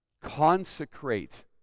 Consecrate